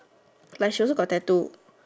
like she also got tattoo